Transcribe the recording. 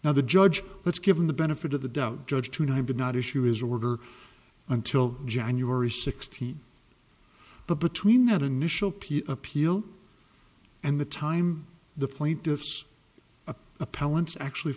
now the judge let's give him the benefit of the doubt judge tonight did not issue is order until january sixteenth but between that initial piece appeal and the time the plaintiff's appellants actually